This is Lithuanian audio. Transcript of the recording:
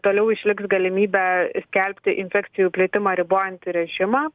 toliau išliks galimybė skelbti infekcijų plitimą ribojantį režimą